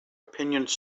opinions